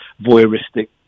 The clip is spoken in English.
voyeuristic